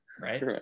Right